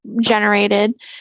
Generated